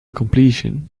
completion